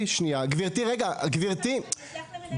יש מחקרים, אני אשלח למנהל הוועדה.